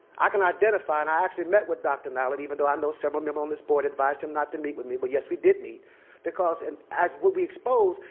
i can identify, and i actually met with dr. nyland even though i know several members on the board advised him not to meet with me, but yes we did meet because and as what we exposed,